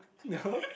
no